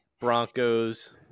Broncos